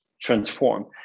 transform